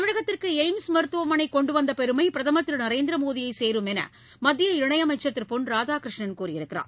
தமிழகத்திற்கு எய்ம்ஸ் மருத்துவமனை கொண்டு வந்த பெருமை பிரதமர் திரு நரேந்திரமோடியை சேரும் என்று மத்திய இணையமைச்சர் திரு பொன் ராதாகிருஷ்ணன் கூறியுள்ளார்